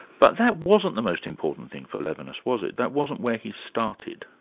but that wasn't the most important thing for levinas, was it? that wasn't where he started.